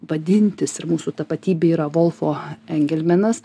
vadintis ir mūsų tapatybė yra volfo engelmenas